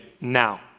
now